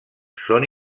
són